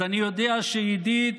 אז אני יודע שעידית